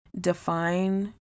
define